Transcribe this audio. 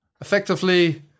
effectively